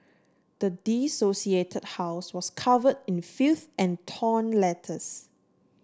the house was cover in filth and torn letters